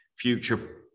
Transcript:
future